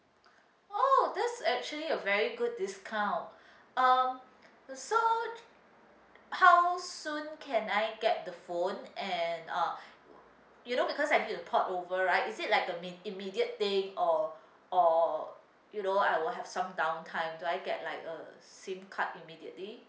oh that's actually a very good discount um so how soon can I get the phone and uh you know because I did the port over right is it like imme~ immediate thing or or you know I will have some downtime do I get like a SIM card immediately